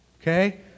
okay